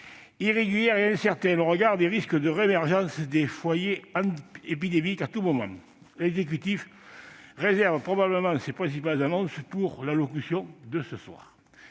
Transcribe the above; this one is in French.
irrégulière et incertaine au regard des risques de réémergence à tout moment de foyers épidémiques. L'exécutif réserve probablement ses principales annonces pour l'allocution de ce soir